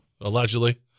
Allegedly